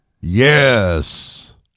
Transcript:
Yes